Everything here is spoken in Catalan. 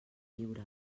lliure